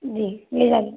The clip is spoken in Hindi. जी ये वाली